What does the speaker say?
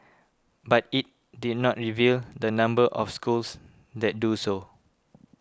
but it did not reveal the number of schools that do so